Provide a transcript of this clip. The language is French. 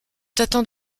t’attend